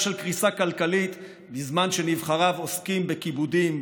של קריסה כלכלית בזמן שנבחריו עוסקים בכיבודים,